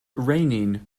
raining